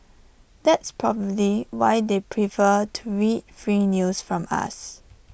that's probably why they prefer to read free news from us